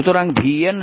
সুতরাং vN i RN